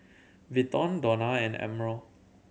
Vinton Donna and Admiral